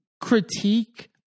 critique